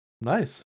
Nice